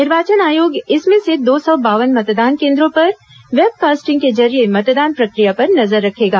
निर्वाचन आयोग इसमें से दो सौ बावन मतदान केंद्रों पर वेब कास्टिंग के जरिये मतदान प्रक्रिया पर नजर रखेगा